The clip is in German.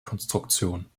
konstruktion